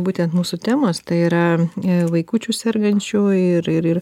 būtent mūsų temos tai yra ė vaikučių sergančių ir ir ir